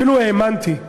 אפילו האמנתי,